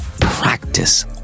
practice